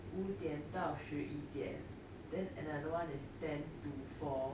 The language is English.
五点到十一点 then another one is ten to four